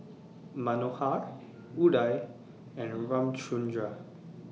Manohar Udai and Ramchundra